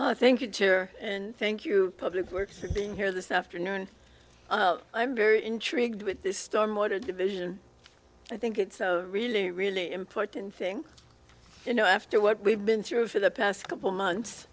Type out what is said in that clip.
i think it's here and thank you public works of being here this afternoon i'm very intrigued with this storm order division i think it's really really important thing you know after what we've been through for the past couple months